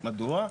מדוע?